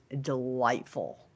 delightful